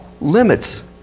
limits